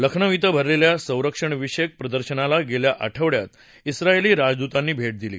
लखनौ क्षे भरलेल्या संरक्षणविषयक प्रदर्शनाला गेल्या आठवड्यात ईस्रायली राजदूतांनी भेट दिली